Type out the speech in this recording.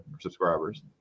subscribers